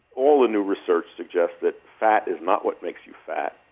all the new research suggests that fat is not what makes you fat.